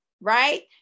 right